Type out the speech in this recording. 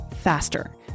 faster